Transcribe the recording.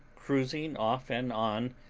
cruising off and on,